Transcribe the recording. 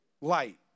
light